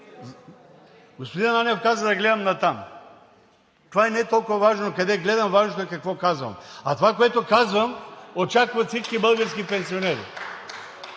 Господин Ананиев каза да гледам натам. Това не е толкова важно къде гледам – важното е какво казвам, а това, което казвам, очакват всички български пенсионери.